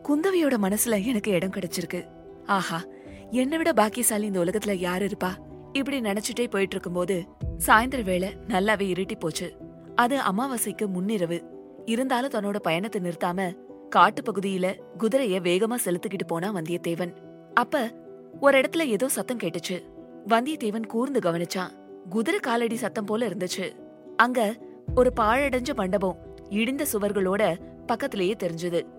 குந்தவையோட மனசுல எனக்கு இடம் கிடைச்சிருக்கு. ஆஹா, என்னை விட பாக்கியசாலி இந்த உலகத்துல யார் இருப்பா? இப்படி நினைச்சிட்டே போயிட்டு இருக்கும்போது, சாயந்தர வேளை நல்லாவே இருட்டிப் போச்சு. அது அமாவாசைக்கு முன்னிரவு. இருந்தாலும் தன்னோட பயணத்தை நிறுத்தாம, காட்டுப் பகுதியில குதிரையை வேகமா செலுத்திக்கிட்டு போனா வந்தியத்தேவன். அப்ப, ஒரு இடத்துல ஏதோ சத்தம் கேட்டுச்சு. வந்தியத்தேவன் கூர்ந்து கவனிச்சான். குதிரை காலடி சத்தம் போல இருந்துச்சு. அங்க, ஒரு பாழடைஞ்ச மண்டபம், இடிந்த சுவர்களோட பக்கத்திலேயே தெரிஞ்சுது.